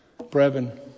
Brevin